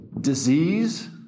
Disease